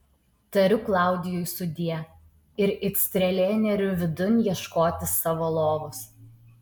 tariu klaudijui sudie ir it strėlė neriu vidun ieškoti savo lovos